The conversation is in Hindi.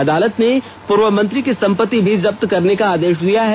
अदालत ने पूर्व मंत्री की संपत्ति भी जब्त करने का आदेष दिया है